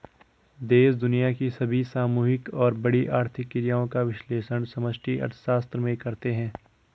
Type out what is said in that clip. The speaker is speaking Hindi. देश दुनिया की सभी सामूहिक और बड़ी आर्थिक क्रियाओं का विश्लेषण समष्टि अर्थशास्त्र में करते हैं